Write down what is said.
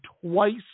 twice